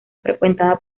frecuentada